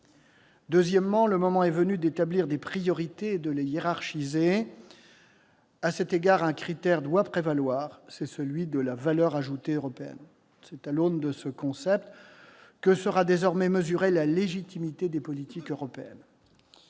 Deuxièmement, le moment est venu d'établir des priorités et de les hiérarchiser. À cet égard, un critère doit prévaloir, celui de la valeur ajoutée européenne. C'est à l'aune de ce concept que seront désormais mesurées la légitimité et l'acceptation